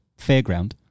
fairground